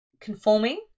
conforming